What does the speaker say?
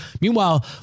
Meanwhile